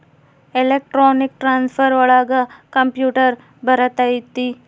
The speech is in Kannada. ಎಲೆಕ್ಟ್ರಾನಿಕ್ ಟ್ರಾನ್ಸ್ಫರ್ ಒಳಗ ಕಂಪ್ಯೂಟರ್ ಬರತೈತಿ